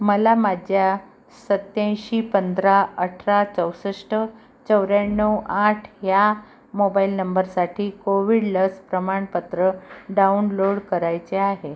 मला माझ्या सत्त्याऐंशी पंधरा अठरा चौसष्ठ चौऱ्याण्णव आठ ह्या मोबाईल नंबरसाठी कोविड लस प्रमाणपत्र डाउनलोड करायचे आहे